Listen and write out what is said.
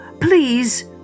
Please